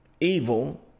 evil